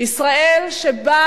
ישראל שבה